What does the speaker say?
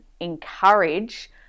encourage